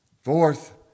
Fourth